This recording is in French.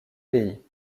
pays